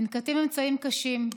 ננקטים אמצעים קשים,